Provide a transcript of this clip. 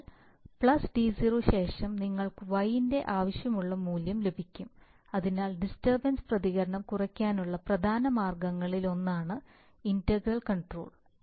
അതിനാൽ plus d0 ശേഷം നിങ്ങൾക്ക് y ന്റെ ആവശ്യമുള്ള മൂല്യം ലഭിക്കും അതിനാൽ ഡിസ്റ്റർബൻസ് പ്രതികരണം കുറയ്ക്കുന്നതിനുള്ള പ്രധാന മാർഗ്ഗങ്ങളിലൊന്നാണ് ഇന്റഗ്രൽ കൺട്രോൾ